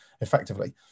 effectively